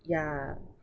yeah